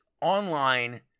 online